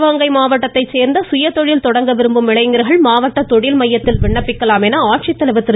சிவகங்கை மாவட்டத்தைச் சேர்ந்த சுயதொழில் தொடங்க விரும்பும் இளைஞர்கள் மாவட்ட தொழில் மையத்தில் விண்ணப்பிக்கலாம் என ஆட்சித்தலைவர் திரு